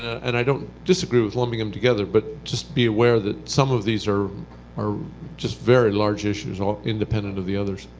and i don't disagree with lumping them together, but just be aware that some of these are are just very large issues independent of the others.